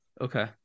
Okay